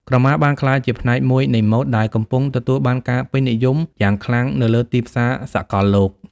ក្រមាបានក្លាយជាផ្នែកមួយនៃម៉ូដ ដែលកំពុងទទួលបានការពេញនិយមយ៉ាងខ្លាំងនៅលើទីផ្សារសកលលោក។